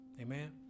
Amen